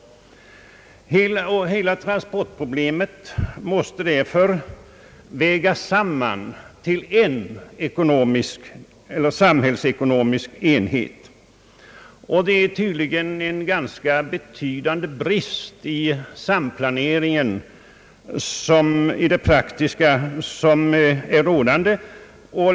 Hela transportproblemet måste därför vägas samman till en samhällsekonomisk enhet. Det råder tydligen en ganska betydande brist i den praktiska samordningen.